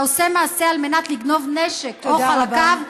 והעושה מעשה על מנת לגנוב נשק או חלקיו,